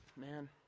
man